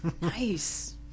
Nice